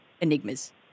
enigmas